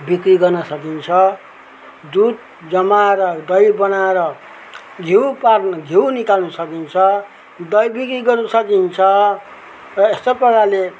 बिक्री गर्न सकिन्छ दुध जमाएर दही बनाएर घिउ पार्न घिउ निकाल्नु सकिन्छ दही बिक्री गर्नु सकिन्छ र यस्तो प्रकारले